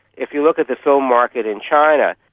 if you look at the film market in china,